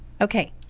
Okay